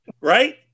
Right